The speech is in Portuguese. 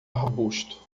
arbusto